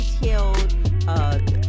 detailed